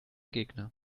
gegner